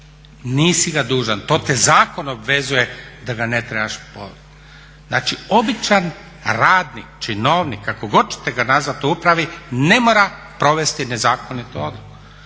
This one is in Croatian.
nisi ga dužan. To te zakon obvezuje da ga ne trebaš, znači običan radnik, činovnik kako god ćete ga nazvati u upravi ne mora provesti nezakonitu odluku.